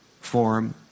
form